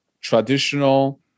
traditional